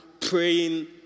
praying